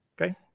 Okay